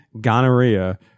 gonorrhea